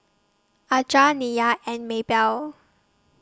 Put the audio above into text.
Aja Nyah and Mabell